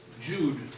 Jude